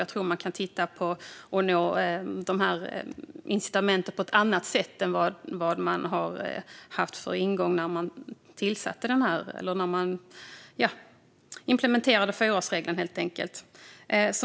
Jag tror att man kan använda incitamenten på ett annat sätt än med den ingång man hade när man implementerade fyraårsregeln.